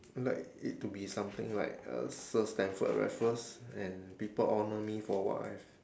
like it to be something like uh sir stamford raffles and people honour me for what I have